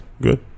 Good